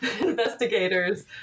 investigators